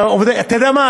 אתה יודע מה?